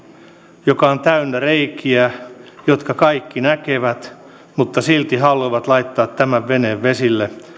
on kuin soutuvene joka on täynnä reikiä jotka kaikki näkevät mutta silti haluavat laittaa tämän veneen vesille